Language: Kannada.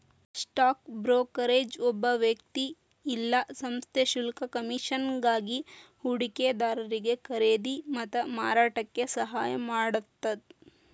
ಸ್ಟಾಕ್ ಬ್ರೋಕರೇಜ್ ಒಬ್ಬ ವ್ಯಕ್ತಿ ಇಲ್ಲಾ ಸಂಸ್ಥೆ ಶುಲ್ಕ ಕಮಿಷನ್ಗಾಗಿ ಹೂಡಿಕೆದಾರಿಗಿ ಖರೇದಿ ಮತ್ತ ಮಾರಾಟಕ್ಕ ಸಹಾಯ ಮಾಡತ್ತ